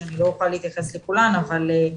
רבינוביץ.